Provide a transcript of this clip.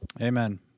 Amen